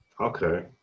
Okay